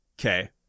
Okay